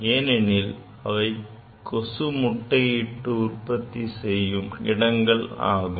ஏனெனில் அவை கொசு முட்டையிட்டு உற்பத்தி செய்யும் இடங்கள் ஆகும்